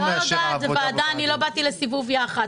לא יודעת, זו ועדה, אני לא באתי לסיבוב יח"צ.